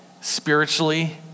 spiritually